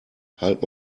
halt